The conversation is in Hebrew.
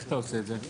איך אתה עושה את זה?